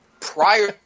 prior